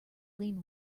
lean